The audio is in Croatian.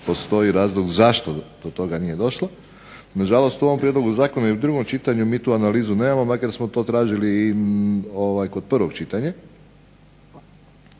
postoji razlog zbog toga nije došlo. Nažalost u ovom prijedlogu zakona i u drugom čitanju mi tu analizu nemamo makar smo to tražili i kod prvog čitanja.